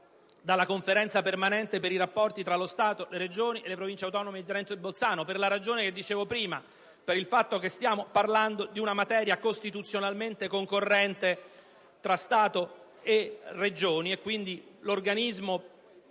dalla Conferenza permanente per i rapporti tra lo Stato, le Regioni e le Province autonome di Trento e Bolzano proprio perché stiamo parlando di una materia costituzionalmente concorrente tra Stato e Regioni. Quindi l'organismo